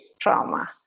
trauma